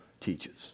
teaches